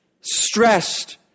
stressed